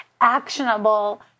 actionable